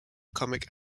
comic